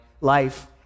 life